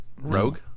Rogue